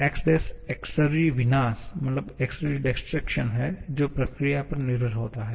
Xdes exergy विनाश है जो प्रक्रिया पर निर्भर होता है